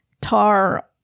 tar